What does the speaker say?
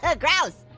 ah gross.